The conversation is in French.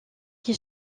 qui